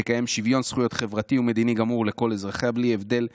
תקיים שוויון זכויות​ חברתי ומדיני גמור לכל אזרחיה בלי הבדל דת,